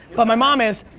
but my mom is.